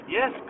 Yes